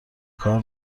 کار